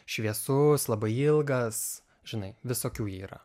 šviesus labai ilgas žinai visokių yra